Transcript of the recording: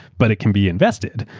but it can be invested.